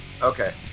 Okay